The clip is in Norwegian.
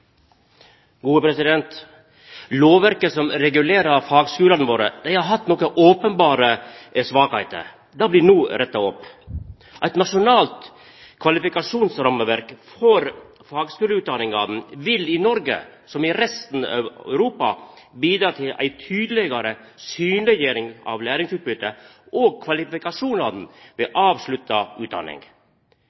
Lovverket som regulerer fagskulane våre, har hatt nokre openberre svakheiter. Det blir no retta opp. Eit nasjonalt kvalifikasjonsrammeverk for fagskuleutdanningane vil i Noreg, som i resten av Europa, bidra til ei tydelegare synleggjering av læringsutbytet og kvalifikasjonane ved avslutta utdanning.